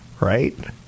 right